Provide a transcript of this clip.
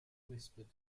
whispered